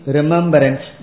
Remembrance